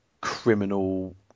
criminal